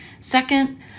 Second